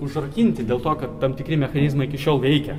užrakinti dėl to kad tam tikri mechanizmai iki šiol veikia